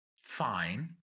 fine